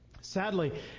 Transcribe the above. sadly